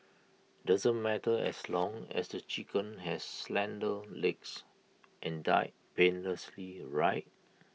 doesn't matter as long as the chicken has slender legs and died painlessly right